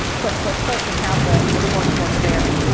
click, click, click, and have the the course work there,